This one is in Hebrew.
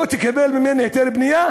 לא תקבל ממני היתר בנייה,